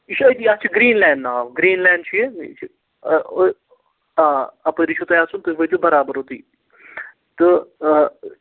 یہِ چھُ أتی اَتھ چھِ گریٖن لینٛڈ ناو گریٖن لینٛڈ چھُ یہِ یہِ چھُ آ اَپٲری چھُو تۄہہِ اَژُن تُہۍ وٲتِو برابر اوتُے تہٕ